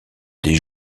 des